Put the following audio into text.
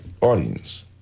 audience